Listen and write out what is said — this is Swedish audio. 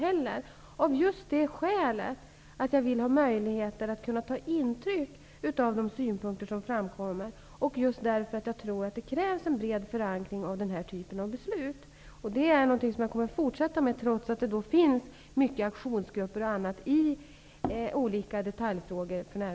Skälet är just det att jag vill ha möjligheter att ta intryck av de synpunkter som framkommer och att jag tror att det krävs en bred förankring av den här typen av beslut. Det är något som jag kommer att fortsätta med, trots att det för närvarande finns många aktionsgrupper som agerar i olika detaljfrågor.